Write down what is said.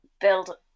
build